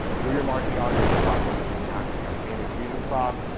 through your marketing automation platform of using active campaigning fusionsoft,